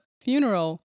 funeral